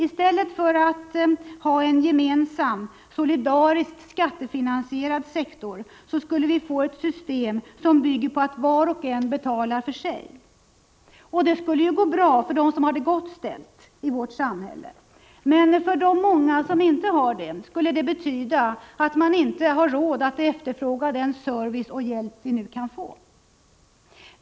I stället för att ha en gemensam, solidariskt skattefinansierad sektor skulle vi få ett system som bygger på att var och en betalar för sig. Det skulle gå bra för dem som har det gott ställt i vårt samhälle. Men för de många som inte har det, skulle det betyda att de inte har råd att efterfråga den service och hjälp de nu kan få.